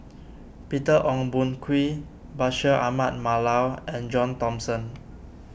Peter Ong Boon Kwee Bashir Ahmad Mallal and John Thomson